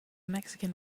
mexican